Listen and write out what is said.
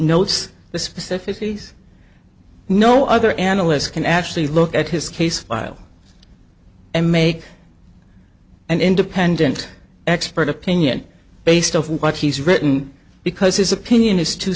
notes the specifics he's no other analysts can actually look at his case file and make an independent expert opinion based on what he's written because his opinion is too